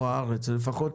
כדור הארץ, ולפחות,